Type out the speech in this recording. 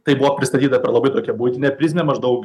tai buvo pristatyta per labai tokią buitinę prizmę maždaug